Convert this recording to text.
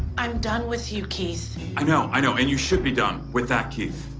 i'm done with you, keith. i know, i know, and you should be done with that keith.